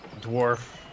dwarf